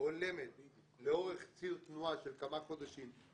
הולמת לאורך ציר תנועה של כמה חודשים,